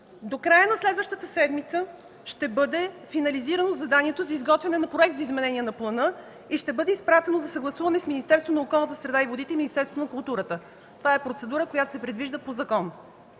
До края на следващата седмица ще бъде финализирано заданието за изготвяне на проект за изменение на плана и ще бъде изпратено за съгласуване в Министерството на околната среда и водите и Министерството на културата. Това е процедура, която се предвижда по закон.